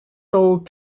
sold